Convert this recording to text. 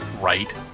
Right